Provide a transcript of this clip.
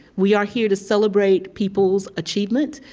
we are here to celebrate people's achievement,